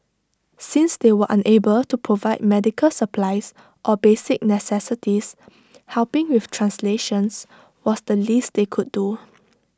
since they were unable to provide medical supplies or basic necessities helping with translations was the least they could do